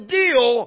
deal